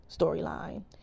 storyline